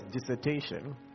dissertation